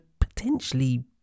potentially